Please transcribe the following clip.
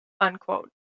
unquote